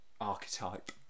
archetype